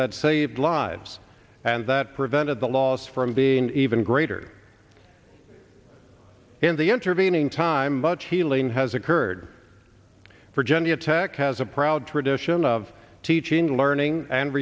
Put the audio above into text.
that saved lives and that prevented the loss from being even greater in the intervening time much healing has occurred virginia tech has a proud tradition of teaching learning and